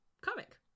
comic